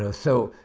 ah so,